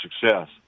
success